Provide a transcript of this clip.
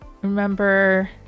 remember